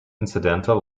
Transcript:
incidental